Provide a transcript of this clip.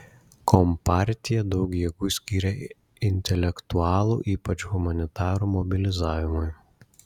kompartija daug jėgų skyrė intelektualų ypač humanitarų mobilizavimui